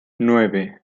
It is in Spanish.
nueve